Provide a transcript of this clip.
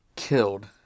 Killed